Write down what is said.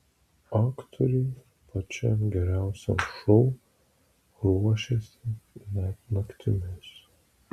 aktoriai pačiam geriausiam šou ruošėsi net naktimis